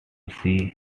see